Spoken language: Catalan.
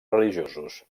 religiosos